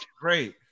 Great